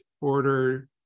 order